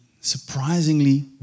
surprisingly